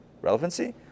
Relevancy